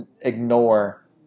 ignore